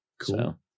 Cool